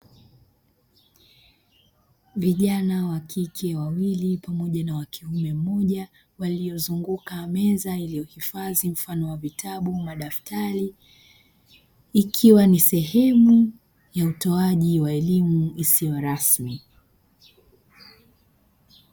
Vijana wakike wawili pamoja na wakiume mmoja waliozunguka meza iliyo hifadhi mfano wa vitabu madaftari ikiwa ni sehemu ya utoaji wa elimu isiyo rasmi.